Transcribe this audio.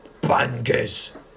Bangers